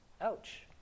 Ouch